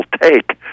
take